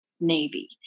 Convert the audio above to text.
navy